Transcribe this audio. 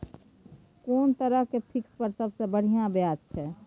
कोन तरह के फिक्स पर सबसे बढ़िया ब्याज छै?